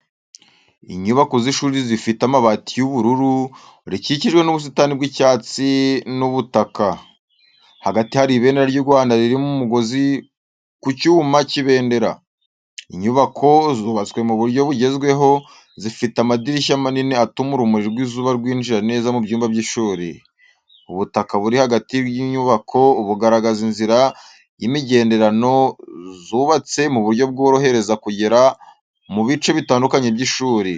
Inyubako z'ishuri rifite amabati y'ubururu, rikikijwe n’ubusitani bw’icyatsi n’ubutaka. Hagati hari ibendera ry’u Rwanda riri ku mugozi ku cyuma cy’ibendera. Inyubako zubatswe mu buryo bugezweho, zifite amadirishya manini atuma urumuri rw’izuba rwinjira neza mu byumba by’ishuri. Ubutaka buri hagati y’inyubako bugaragaza inzira z’imigenderano zubatse mu buryo bworohereza kugera mu bice bitandukanye by’ishuri.